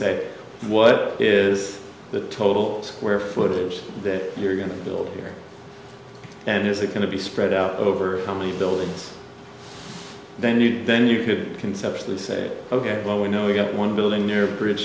say what is the total square footage that you're going to build here and is it going to be spread out over the many buildings then you then you could conceptually say ok well we know we've got one building near grid